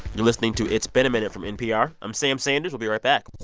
you're listening to it's been a minute from npr. i'm sam sanders. we'll be right back